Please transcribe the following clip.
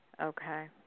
Okay